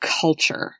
culture